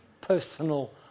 personal